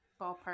ballpark